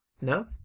No